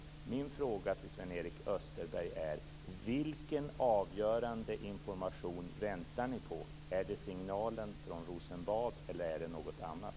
Min fråga till Sven-Erik Österberg är: Vilken avgörande information väntar ni på? Är det signalen från Rosenbad eller är det något annat?